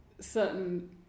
certain